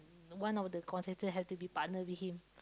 one of the contestant had to be partner with him